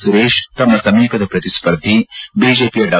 ಸುರೇಶ್ ತಮ್ನ ಸಮೀಪದ ಪ್ರತಿಸ್ಪರ್ಧಿ ಬಿಜೆಪಿಯ ಡಾ